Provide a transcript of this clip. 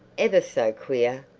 ever so queer!